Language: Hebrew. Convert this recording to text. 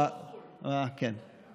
אה, כן.